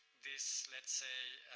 this, let's say,